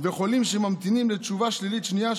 חולים שממתינים לתשובה שלילית שנייה,